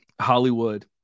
Hollywood